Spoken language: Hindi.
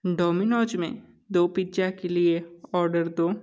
डोमिनोज़ में दो पिज़्ज़ा के लिए ऑर्डर दो